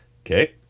Okay